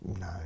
no